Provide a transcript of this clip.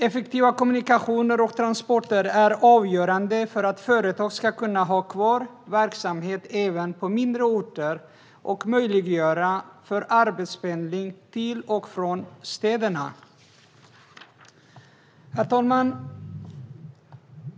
Effektiva kommunikationer och transporter är avgörande för att företag ska kunna bedriva verksamhet även på mindre orter och för att vi ska möjliggöra arbetspendling till och från städerna. Herr talman!